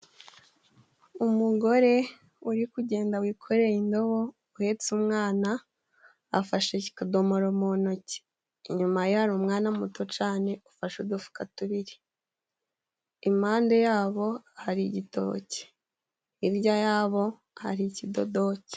Umugore uri kugenda wikoreye indobo uhetse umwana, afashe akadomoro mu ntoki inyuma ye hari umwana muto cane ufashe udufuka tubiri, impande yabo hari igitoki, hirya yabo hari ikidodoke.